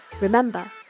Remember